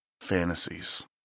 fantasies